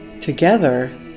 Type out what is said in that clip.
Together